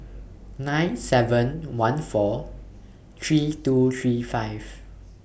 nine seven one four three two three five